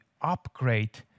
upgrade